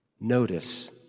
Notice